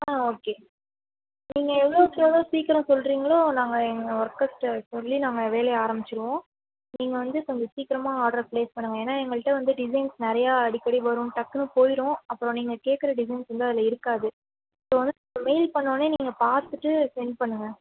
ஆ okay நீங்கள் எவ்வளோக்கு எவ்வளோ சீக்கிரம் சொல்கிறீங்களோ நாங்கள் எங்கள் ஒர்க்கர்ஸ்கிட்ட சொல்லி நாங்கள் வேலையை ஆரம்பிச்சுருவோம் நீங்கள் வந்து கொஞ்சம் சீக்கிரமாக ஆடரை பிளேஸ் பண்ணுங்க ஏன்னால் எங்கள்கிட்ட வந்து டிசைன்ஸ் நிறையா அடிக்கடி வரும் டக்குன்னு போயிடும் அப்புறம் நீங்கள் கேட்குற டிசைன்ஸ் வந்து அதில் இருக்காது ஸோ வந்து மெயில் பண்ணோன்னே நீங்கள் பார்த்துட்டு சென்ட் பண்ணுங்க